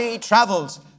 travels